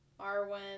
Arwen